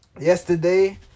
yesterday